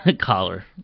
collar